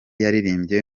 yaririmbye